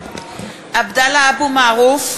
(קוראת בשמות חברי הכנסת) עבדאללה אבו מערוף,